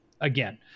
Again